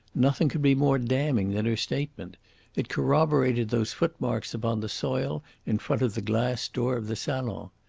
nothing could be more damning than her statement it corroborated those footmarks upon the soil in front of the glass door of the salon.